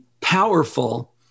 powerful